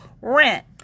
rent